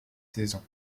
saison